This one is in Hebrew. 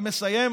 אני מסיים.